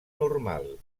normal